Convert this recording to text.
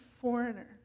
foreigner